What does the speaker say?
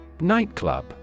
Nightclub